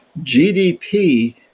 GDP